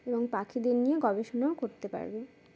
এবং পাখিদের নিয়ে গবেষণাও করতে পারবে